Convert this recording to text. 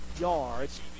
yards